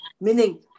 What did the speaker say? meaning